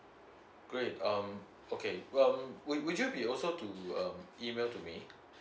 great um okay well would would you be also do um email to me